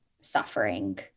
suffering